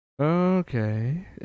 okay